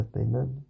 Amen